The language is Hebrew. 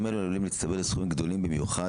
אלו עלולים להצטבר לסכומים גדולים במיוחד,